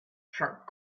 sharp